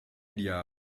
milliards